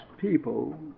people